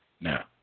now